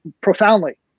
profoundly